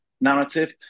narrative